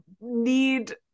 need